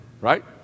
right